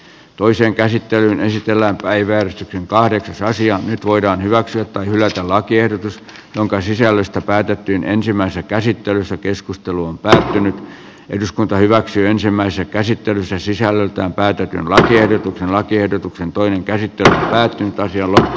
toisen käsittelyn esitellä päiväin kahdeksasosia voidaan hyväksyä tai hylätä lakiehdotus jonka sisällöstä päätettiin ensimmäisessä käsittelyssä keskusteluun pääsee nyt eduskunta hyväksyi ensimmäisen käsittelyssä sisällöltään päätetyn lakiehdotuksen lakiehdotuksen toinen kehitysrahat jolla